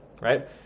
right